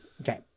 Okay